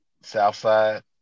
Southside